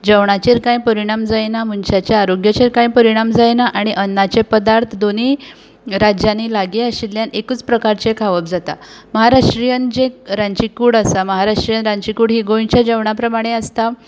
जेवणाचेर कांय परिणाम जायना मनशाच्या आरोग्याचेर कांय परिणाम जायना आनी अन्नाचे पदार्थ दोनी राज्यांनी लागीं आशिल्ल्यान एकूच प्रकारचें खावप जाता महाराष्ट्रियन जें रांदची कूड आसा महाराष्ट्रियन रांदची कूड ही गोंयच्या जेवणा प्रमाणें आसता